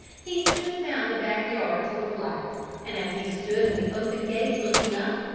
he soon found the back yard to a flat and as he stood in the open gate looking up,